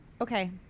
Okay